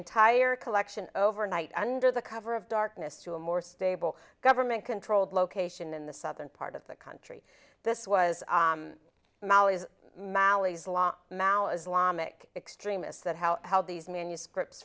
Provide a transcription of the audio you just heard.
entire collection over night under the cover of darkness to a more stable government controlled location in the southern part of the country this was molly's mallees la mal islamic extremists that how how these manuscripts